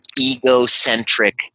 egocentric